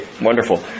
wonderful